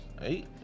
Eight